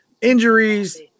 injuries